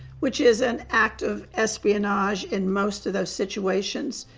which is an act of espionage in most of those situations,